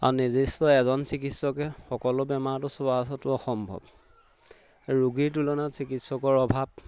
আৰু নিৰ্দিষ্ট এজন চিকিৎসকে সকলো বেমাৰটো চোৱাতো অসম্ভৱ ৰোগীৰ তুলনাত চিকিৎসকৰ অভাৱ